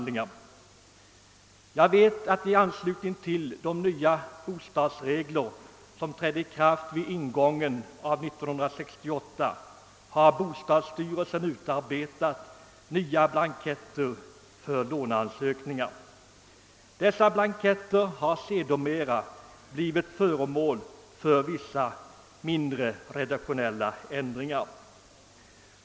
Jag vet att man i anslutning till de nya bostadslåneregler som trädde i kraft vid ingången av 1968 inom bostadsstyrelsen utarbetade nya blanketter för låneansökningar. Dessa blanketter har sedermera blivit föremål för vissa mindre, redaktionella ändringar.